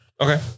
Okay